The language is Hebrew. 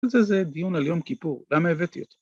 ‫זה דיון על יום כיפור. ‫למה הבאתי אותו?